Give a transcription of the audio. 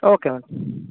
okay ma'am